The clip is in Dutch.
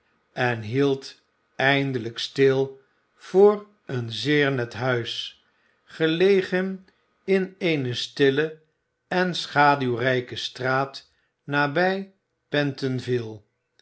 en hield eindelijk stil voor een zeer net huis gelegen in eene stille en schaduwrijke straat nabij